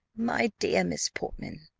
my dear miss portman,